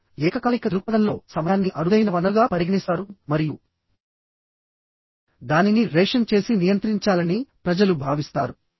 ఇప్పుడుఏకకాలిక దృక్పథంలోసమయాన్ని అరుదైన వనరుగా పరిగణిస్తారు మరియు దానిని రేషన్ చేసి నియంత్రించాలని ప్రజలు భావిస్తారు